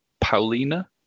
Paulina